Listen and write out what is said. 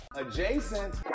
Adjacent